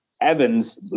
Evans